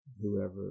whoever